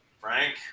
frank